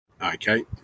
Okay